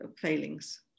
failings